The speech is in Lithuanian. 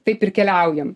taip ir keliaujam